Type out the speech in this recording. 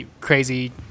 crazy